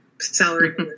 salary